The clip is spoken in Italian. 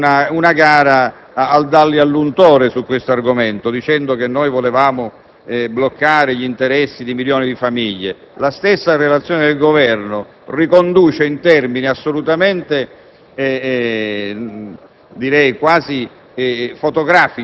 si è scatenata una gara al «dalli all'untore» su questo argomento, dicendo che volevamo bloccare gli interessi di milioni di famiglie. La stessa relazione del Governo riconduce in termini quasi